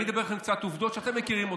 אני אדבר כאן על קצת עובדות שאתם מכירים אותן.